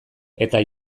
eta